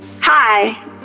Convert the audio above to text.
Hi